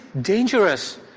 dangerous